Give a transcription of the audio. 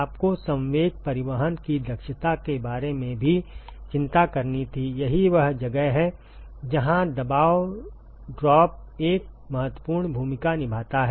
आपको संवेग परिवहन की दक्षता के बारे में भी चिंता करनी थी यही वह जगह है जहाँ दबाव ड्रॉप एक महत्वपूर्ण भूमिका निभाता है